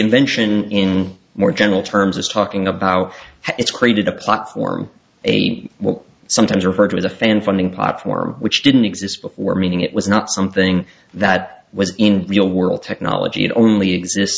invention in more general terms is talking about how it's created a platform what sometimes referred with a fan funding pop form which didn't exist before meaning it was not something that was in real world technology it only exist